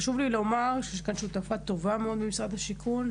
חשוב לי לומר שיש כאן שותפה מאוד במשרד השיכון,